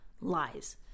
lies